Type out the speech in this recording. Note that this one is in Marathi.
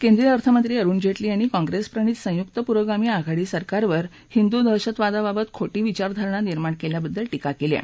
केंद्रीय अर्थमंत्री अरुण जेटली यांनी काँग्रेस प्रणित संयुक्त पुरोगामी आघाडी सरकारवर हिंदू दहशतवादाबाबत खोटी विचारधारणा निर्माण केल्याबद्दल टिका केली आहे